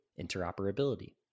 interoperability